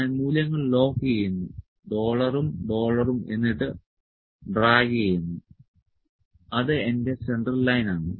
ഞാൻ മൂല്യങ്ങൾ ലോക്ക് ചെയ്യുന്നു ഡോളറും ഡോളറും എന്നിട്ട് ഡ്രാഗ് ചെയ്യുന്നു അത് എന്റെ സെൻട്രൽ ലൈനാണ്